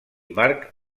marc